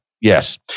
Yes